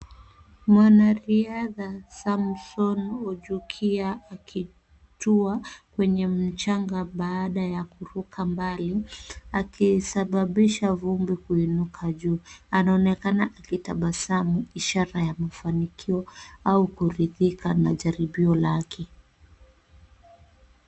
Mwanariadha Samson Ojukia akitua kwenye mchanga baada ya kuruka mbali, akisababisha vumbi kuinuka juu. Anaonekana akitabasamu ishara ya mafanikio au kuridhika na jaribio lake.